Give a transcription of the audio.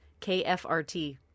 KFRT